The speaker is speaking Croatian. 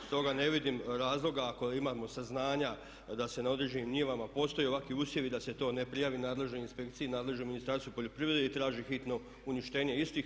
Stoga ne vidim razloga ako imamo saznanja da se na određenim njivama postoje ovakvi usjevi i da se to ne prijavi nadležnoj inspekciji i nadležnom Ministarstvu poljoprivrede i traži hitno uništenje istih.